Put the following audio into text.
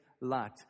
light